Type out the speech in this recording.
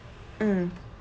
mm